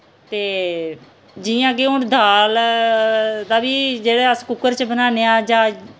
ते जि'यां कि हून दाल दा बी जेह्ड़ा अस कुक्कर च बनान्ने आं जां